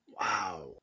Wow